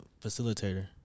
facilitator